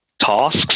tasks